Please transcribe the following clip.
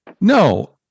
no